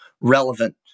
relevant